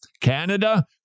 Canada